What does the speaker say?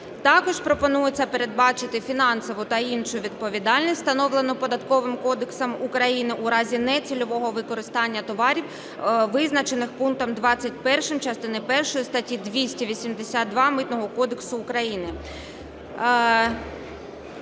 Також пропонується передбачити фінансову та іншу відповідальність, встановлену Податковим кодексом України, в разі нецільового використання товарів, визначених пунктом 21 частини першої статті 282 Митного кодексу України.